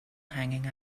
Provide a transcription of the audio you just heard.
hanging